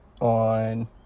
on